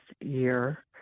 year